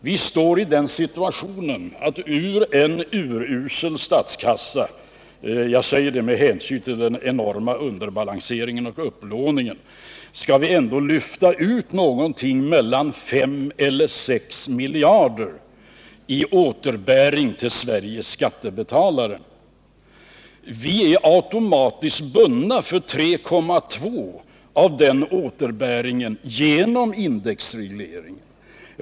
Vistår iden situationen att ur en urusel statskassa — jag säger det med hänsyn till den enorma underbalanseringen och upplåningen — skall vi ändå lyfta ut mellan 5 och 6 miljarder i återbäring till Sveriges skattebetalare. Vi är automatiskt bundna för 3,2 miljarder av den återbäringen genom indexreglering.